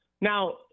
Now